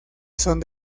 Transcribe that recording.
son